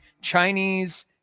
chinese